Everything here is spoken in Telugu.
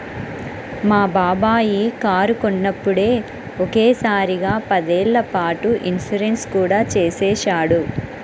మా బాబాయి కారు కొన్నప్పుడే ఒకే సారిగా పదేళ్ళ పాటు ఇన్సూరెన్సు కూడా చేసేశాడు